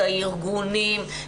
הארגונים.